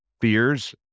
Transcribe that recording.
fears